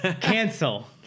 Cancel